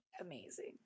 Amazing